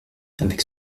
avec